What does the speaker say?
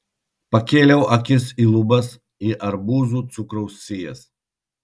pakėliau akis į lubas į arbūzų cukraus sijas